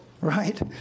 right